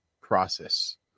process